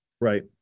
Right